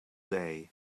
day